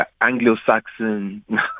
Anglo-Saxon